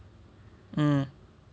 um